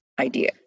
idea